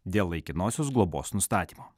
dėl laikinosios globos nustatymo